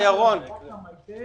בסיס ההנחה של עבודת המטה